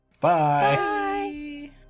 bye